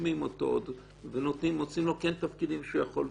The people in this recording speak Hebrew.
משקמים אותו ומוצאים לו תפקידים שהוא יכול.